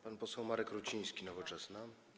Pan poseł Marek Ruciński, Nowoczesna.